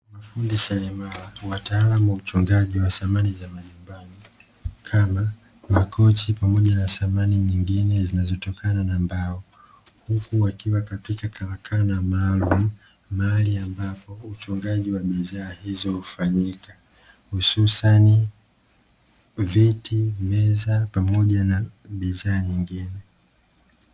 Mafundi seremala wataalamu wa uchongaji wa samani za majumbani kama makochi pamoja na samani nyingine zinazotokana na mbao huku wakiwa katika karakana maalumu, mahali ambapo uchongaji wa bidhaa hizo hufanyika hususani viti, meza pamoja na bidhaa nyingine .